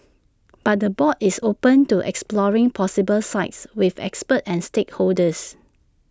but the board is open to exploring possible sites with experts and stakeholders